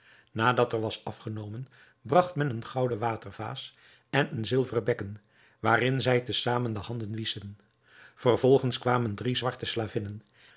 nadat er was afgenomen bragt men eene gouden watervaas en een zilveren bekken waarin zij te zamen de handen wieschen vervolgens kwamen drie zwarte